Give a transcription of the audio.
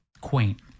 quaint